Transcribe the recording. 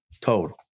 total